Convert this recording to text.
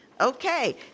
Okay